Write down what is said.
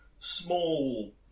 Small